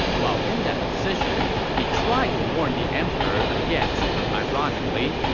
while in that position, he tried to warn the emperor against, ironically,